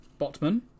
Botman